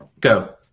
Go